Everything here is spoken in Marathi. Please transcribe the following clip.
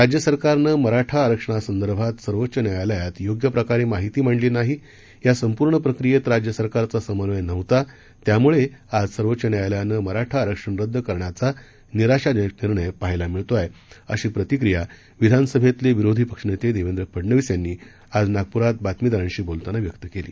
राज्य सरकारनं मराठा आरक्षणासंदर्भात सर्वोच्च न्यायालयात योग्य प्रकारे माहिती मांडली नाही या संपूर्ण प्रक्रियेत राज्य सरकारचा समन्वय नव्हता त्यमुळे आज सर्वोच्च न्यायालयानं मराठा आरक्षण रद्द करण्याचा निराशाजनक निर्णय आज पाहायला मिळत आहे अशी प्रतिक्रिया विधानसभेतले विरोधी पक्षनेते देवेंद्र फडनवीस यांनी आज नागपूरात बातमीदारांशी बोलतांना व्यक्त केली